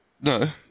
No